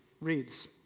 reads